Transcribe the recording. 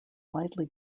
widely